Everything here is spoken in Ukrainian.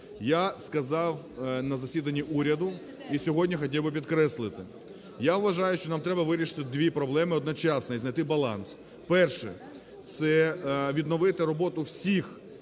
Я сказав на засіданні уряду і сьогодні хотів би підкреслити. Я вважаю, що нам треба вирішити дві проблеми одночасно і знайти баланс. Перше. Це відновити роботу всіх